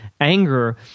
anger